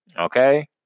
Okay